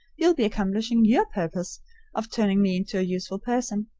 you'll be accomplishing your purpose of turning me into a useful person.